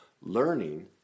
learning